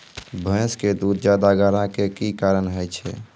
भैंस के दूध ज्यादा गाढ़ा के कि कारण से होय छै?